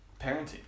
Parenting